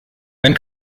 wenn